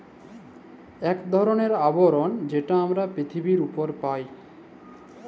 ইক ধরলের আবরল যেট আমরা পিরথিবীর উপরে পায়